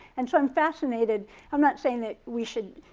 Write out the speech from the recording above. and so i'm fascinated i'm not saying that we should,